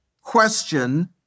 Question